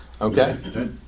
Okay